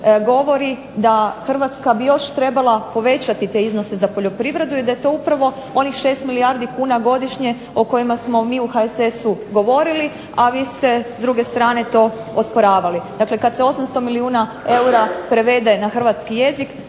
govori da Hrvatska bi još trebala povećati te iznose za poljoprivredu i da je to upravo onih 6 milijardi kuna godišnje o kojima smo mi u HSS-u govorili, a vi ste s druge strane to osporavali. Dakle kad se 800 milijuna eura prevede na hrvatski jezik,